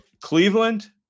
Cleveland